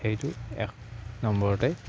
সেইটো এক নম্বৰতে